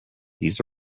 these